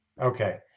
Okay